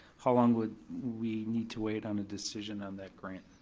how long would we need to wait on a decision on that grant?